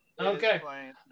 Okay